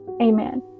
Amen